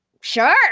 Sure